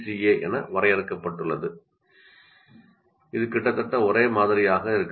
ஏ என வரையறுக்கப்பட்டுள்ளது இது கிட்டத்தட்ட ஒரே மாதிரியாக இருக்கிறது